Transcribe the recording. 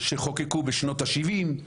שחוקקו בשנות ה-70'.